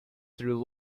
through